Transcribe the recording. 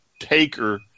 Taker